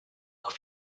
auch